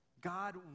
God